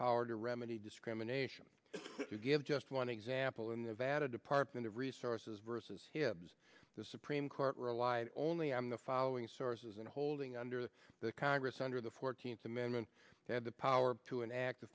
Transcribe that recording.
power to remedy discrimination to give just one example in the vat a department of resources versus hips the supreme court relied only on the following sources and holding under the congress under the fourteenth amendment had the power to enact